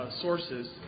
sources